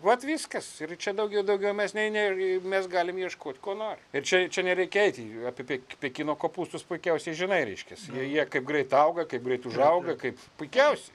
vat viskas ir čia daugiau daugiau mes nei nei mes galim ieškot ko nori ir čia čia nereikia eit jų apie pek pekino kopūstus puikiausiai žinai reiškias jie jie kaip greit auga kaip greit užauga kaip puikiausi